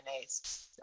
DNAs